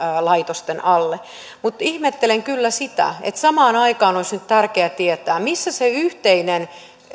laitosten alle mutta ihmettelen kyllä tätä kun samaan aikaan olisi nyt tärkeä tietää missä viipyy se yhteinen